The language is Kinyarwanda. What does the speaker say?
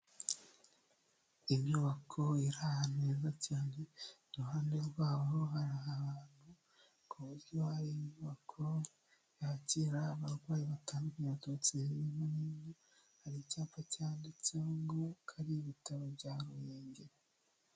Inyubako iri ahantu heza cyane, iruhande rwayo hari ahantu ku buryo hari inyubako yakira abarwayi batandukanye, baturutse hirya no hino, inyuma hari icyapa cyanditseho ngo ko ari ibitabo bya Ruhengeri.